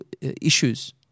Issues